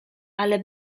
ale